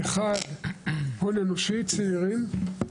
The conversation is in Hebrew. אחד הון אנושי צעירים,